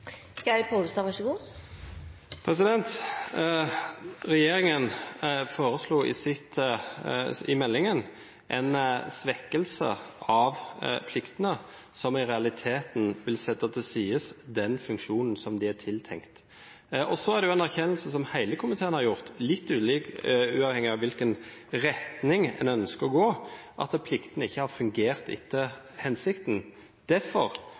foreslo i meldingen en svekkelse av pliktene som i realiteten vil sette til side den funksjonen som de er tiltenkt. Så er det en erkjennelse som hele komiteen har kommet til – uavhengig av i hvilken retning en ønsker å gå – av at pliktene ikke har fungert etter hensikten. Derfor